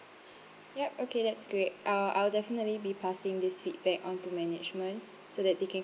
yup okay that's great uh I'll definitely be passing this feedback onto management so that they can